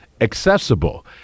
accessible